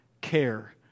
care